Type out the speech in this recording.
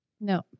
No